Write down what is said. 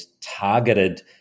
targeted